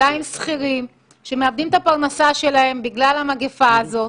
עם שכירים שמאבדים את הפרנסה שלהם בגלל המגיפה הזאת.